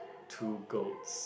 two goats